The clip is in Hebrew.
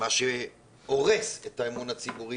מה שהורס את האמון הציבורי,